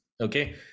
Okay